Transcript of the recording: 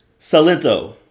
Salento